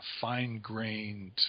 fine-grained